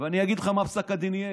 ואני לך מה יהיה פסק הדין.